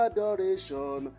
Adoration